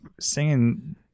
singing